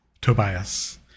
Tobias